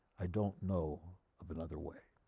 i don't know of another way.